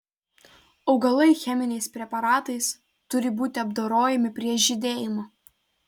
augalai cheminiais preparatais turi būti apdorojami prieš žydėjimą